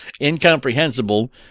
incomprehensible